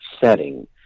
setting